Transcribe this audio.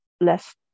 less